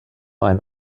einen